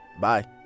Bye